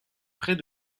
près